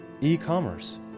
e-commerce